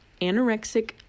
anorexic